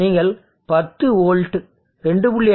நீங்கள் 10 வோல்ட் 2